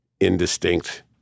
indistinct